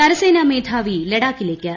കരസേനാ മേധാവി ലഡാക്കിലേക്ക്